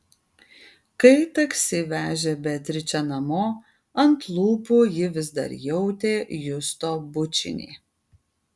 kai taksi vežė beatričę namo ant lūpų ji vis dar jautė justo bučinį